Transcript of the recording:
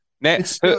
Next